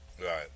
Right